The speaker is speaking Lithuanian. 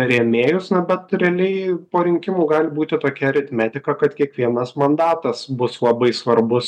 rėmėjus na bet realiai po rinkimų gali būti tokia aritmetika kad kiekvienas mandatas bus labai svarbus